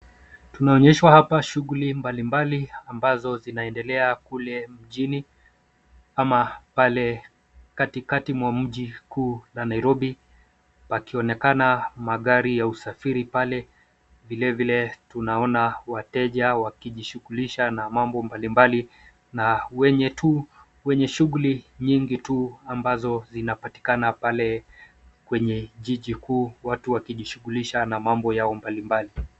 Tunaonyeshwa hapa shughuli mbalimbali ambazo zinaendelea kule mjini ama pale katikati mwa mji mkuu la Nairobi, pakionekana magari ya usafiri pale, vilevile tunaona wateja wakijishughulisha na mambo mbalimbali na wenye shughuli nyingi tu zinapatikana pale kwenye jiji kuu watu wakishughulisha na mambo yao mbalimbali.